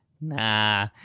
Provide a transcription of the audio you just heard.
Nah